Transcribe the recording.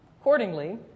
Accordingly